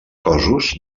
cossos